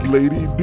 Lady